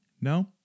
No